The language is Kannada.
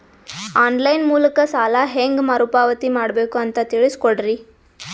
ಆನ್ ಲೈನ್ ಮೂಲಕ ಸಾಲ ಹೇಂಗ ಮರುಪಾವತಿ ಮಾಡಬೇಕು ಅಂತ ತಿಳಿಸ ಕೊಡರಿ?